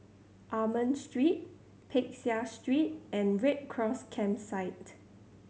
Almond Street Peck Seah Street and Red Cross Campsite